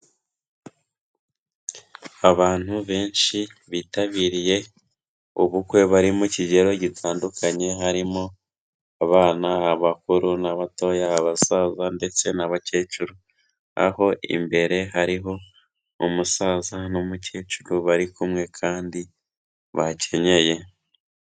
Abantu benshi bitabiriye ubukwe, bari mu kigero gitandukanye, harimo abana, abakuru n'abatoya, abasaza ndetse n'abakecuru. Aho imbere hariho umusaza n'umukecuru bari kumwe kandi bakenyeye.